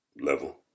level